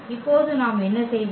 இப்போது நாம் என்ன செய்வது